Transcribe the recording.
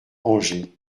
angers